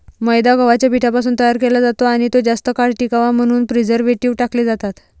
मैदा गव्हाच्या पिठापासून तयार केला जातो आणि तो जास्त काळ टिकावा म्हणून प्रिझर्व्हेटिव्ह टाकले जातात